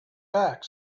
back